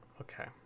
Okay